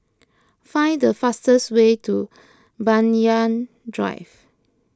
find the fastest way to Banyan Drive